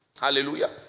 Hallelujah